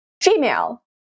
female